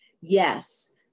Yes